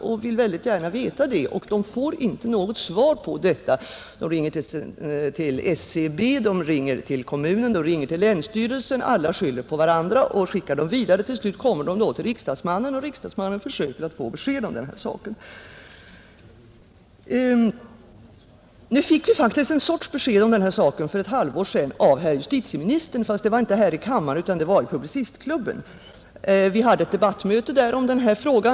De vill mycket gärna veta det, men de får inte något svar på detta. De ringer till SCB, de ringer till kommunen, de ringer till länsstyrelsen. Alla skyller på varandra och skickar dem vidare. Till slut kommer de då till riksdagsmannen, och riksdagsmannen försöker att få besked om denna sak. Nu fick vi faktiskt en sorts besked om den här saken för ett halvår sedan av herr justitieministern, fast det var inte här i kammaren utan i Publicistklubben. Vi hade ett debattmöte där om denna fråga.